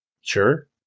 Sure